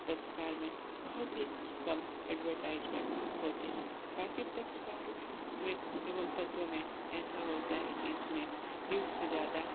पत्रकार में बहुत ही कम एडवर्टाइज़मेंट होते हैं बाकि पत्रकार में एवं पत्रों में ऐसा होता है कि इसमे न्यूज़ से ज़्यादा